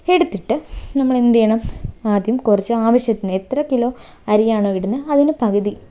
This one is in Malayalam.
എടുത്തിട്ട് നമ്മൾ എന്തുചെയ്യണ ആദ്യം കുറച്ച് ആവശ്യത്തിന് എത്ര കിലോ അരിയാണോ ഇടുന്നത് അതിന് പകുതി